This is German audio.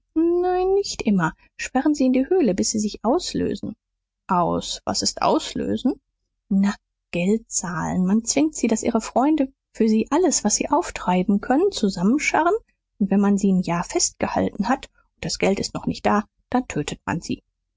nein nicht immer sperren sie in die höhle bis sie sich auslösen aus was ist auslösen na geld zahlen man zwingt sie daß ihre freunde für sie alles was sie auftreiben können zusammenscharren und wenn man sie n jahr festgehalten hat und das geld ist noch nicht da dann tötet man sie